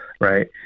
right